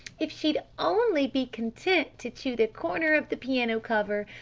if she'd only be content to chew the corner of the piano cover!